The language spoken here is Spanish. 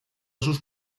sus